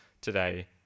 today